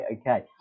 okay